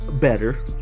better